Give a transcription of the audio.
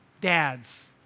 dads